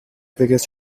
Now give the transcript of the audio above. biggest